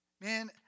Man